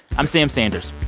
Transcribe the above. i'm sam sanders.